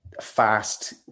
fast